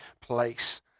place